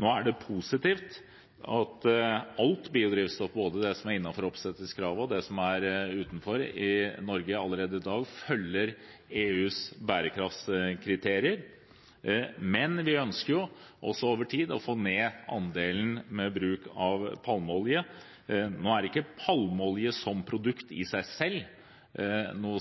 Nå er det positivt at alt biodrivstoff – både det som er innenfor omsetningskravet, og det som er utenfor – i Norge allerede i dag følger EUs bærekraftkriterier, men vi ønsker over tid også å få ned andelen palmeolje. Nå er ikke palmeolje som produkt i seg selv